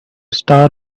star